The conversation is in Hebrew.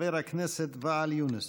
חבר הכנסת ואאל יונס.